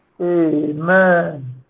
Amen